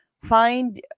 find